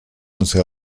once